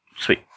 Sweet